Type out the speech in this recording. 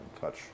touch